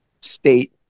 state